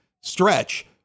stretch